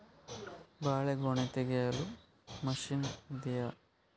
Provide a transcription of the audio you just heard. ಬಾಳೆಗೊನೆ ತೆಗೆಯಲು ಮಷೀನ್ ಇದೆಯಾ?